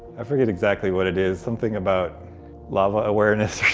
i forget exactly what it is. something about lava awareness